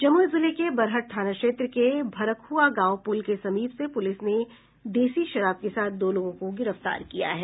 जमूई जिले के बरहट थाना क्षेत्र के भरकहआ गांव प्रल के समीप से पुलिस ने देसी शराब के साथ दो लोगो को गिरफ्तार किया है